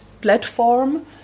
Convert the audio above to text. platform